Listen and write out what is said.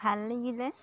ভাল লাগিলে